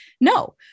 No